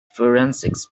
forensics